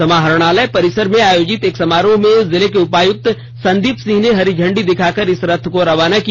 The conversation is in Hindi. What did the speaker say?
समाहरणालय परिसर में आयोजित एक समारोह में जिले के उपायुक्त संदीप सिंह ने हरी झंडी दिखाकर इस रथ को रवाना किया